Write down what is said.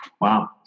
Wow